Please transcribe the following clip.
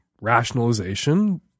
rationalization